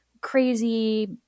crazy